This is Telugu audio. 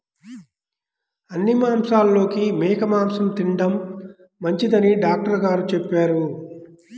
అన్ని మాంసాలలోకి మేక మాసం తిండం మంచిదని డాక్టర్ గారు చెప్పారు